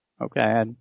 Okay